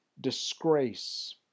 disgrace